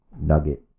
nugget